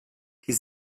die